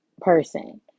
person